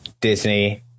Disney